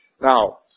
Now